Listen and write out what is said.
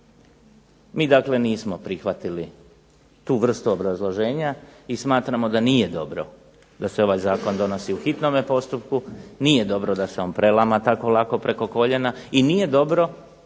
Mi dakle nismo prihvatili tu vrstu obrazloženja, i smatramo da nije dobro da se ovaj zakon donosi u hitnome postupku, nije dobro da se on prelama tako lako preko koljena i nije dobro